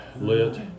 lit